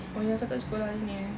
oh ya kau tak sekolah hari ni eh